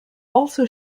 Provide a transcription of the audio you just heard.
also